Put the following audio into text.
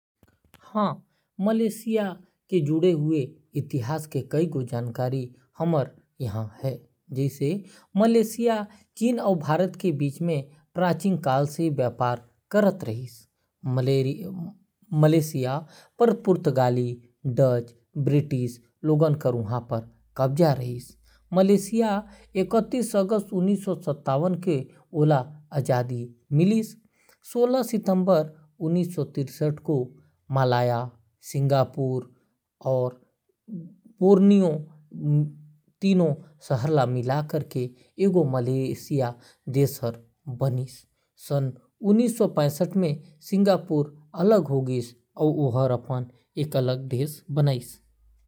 Malaysia के इतिहास प्राचीन काल ले व्यापार के केंद्र के रूप म सुरू होइस। यूरोपीय मनके आगमन के बाद मलक्का ल व्यापार के महत्वपूर्ण बंदरगाह बनाये गिस। बाद म मलेशिया ब्रिटिश साम्राज्य के हिस्सा बन गे। मलेशिया के इतिहास ले जुड़े कतकोन बिसेस बात । मलेशिया के प्रायद्वीपीय भाग ल फेडरेशन मलाया के नाम ले इकतीस अगस्त उन्नीसौ शान्तवन के आजादी मिले रिहिस। बछर उन्नीस सौ तिरसठ म मलाया, सिंगापुर, अउ बोर्नियो ह सामिल होके मलेशिया बनाय रिहीन। बछर उन्नीस सौ पैंसठ म सिंगापुर मलेशिया ले अलग होके स्वतंत्र होगे रिहीस।